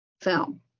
film